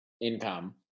income